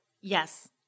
Yes